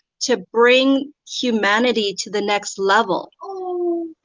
to bring humanity to the next level?